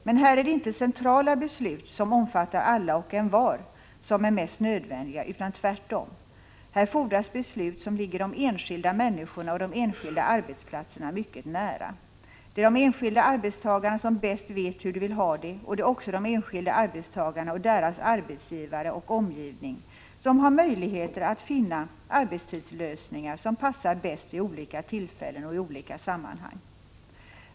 Men här är det inte centrala beslut som omfattar alla och envar som är nödvändiga. Här fordras det tvärtom beslut som ligger de enskilda människorna och de enskilda arbetsplatserna mycket nära. Det är de enskilda arbetstagarna som bäst vet hur de vill ha det, och det är också de enskilda arbetstagarna och deras arbetsgivare och omgivning som har möjligheter att finna arbetstidslösningar som bäst passar vid olika tillfällen och i olika sammanhang.